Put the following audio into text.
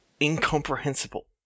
incomprehensible